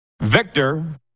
Victor